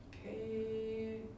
Okay